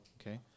Okay